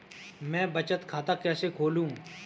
मैं बचत खाता कैसे खोलूं?